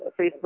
Facebook